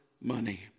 money